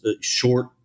short